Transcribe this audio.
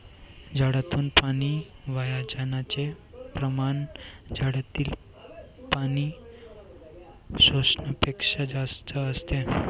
झाडातून पाणी वाया जाण्याचे प्रमाण झाडातील पाणी शोषण्यापेक्षा जास्त असते